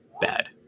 bad